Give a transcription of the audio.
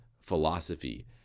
philosophy